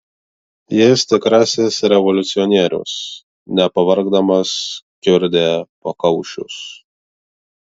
jis tikrasis revoliucionierius nepavargdamas kiurdė pakaušius